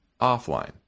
offline